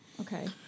Okay